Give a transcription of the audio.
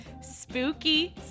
Spooky